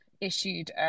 issued